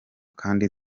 kandi